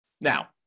Now